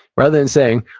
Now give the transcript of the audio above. rather than saying,